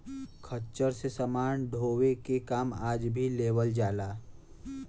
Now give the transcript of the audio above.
खच्चर से समान ढोवे के काम आज भी लेवल जाला